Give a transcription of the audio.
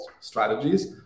strategies